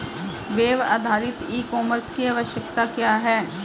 Web आधारित e commerce की आवश्यकता क्या है?